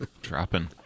Dropping